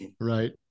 right